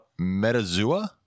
Metazoa